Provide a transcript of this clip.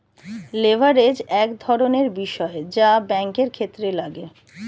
leverage এক ধরনের বিষয় যা ব্যাঙ্কের ক্ষেত্রে লাগে